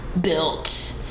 built